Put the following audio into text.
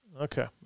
Okay